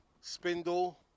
Spindle